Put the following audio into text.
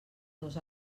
dos